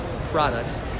products